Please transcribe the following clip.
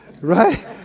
right